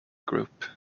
group